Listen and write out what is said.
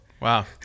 Wow